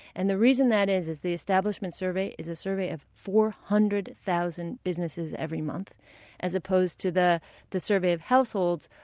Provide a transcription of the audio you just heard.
and the reason that is is because the establishment survey is a survey of four hundred thousand businesses every month as opposed to the the survey of households,